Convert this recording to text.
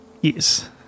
Yes